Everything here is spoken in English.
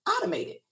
automated